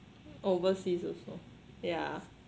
overseas also yeah